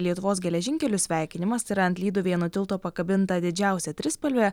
lietuvos geležinkelių sveikinimas tai yra ant lyduvėnų tilto pakabinta didžiausia trispalvė